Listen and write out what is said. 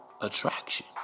attraction